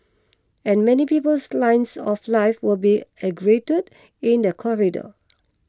and many people's lines of life will be aggregated in that corridor